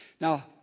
Now